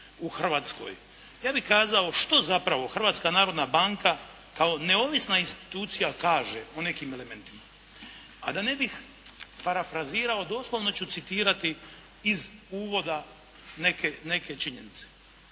u Hrvatskoj. Ja bih kazao što zapravo Hrvatska narodna banka kao neovisna institucija kaže o nekim elementima, a da ne bih parafrazirao doslovno ću citirati iz uvoda neke činjenice.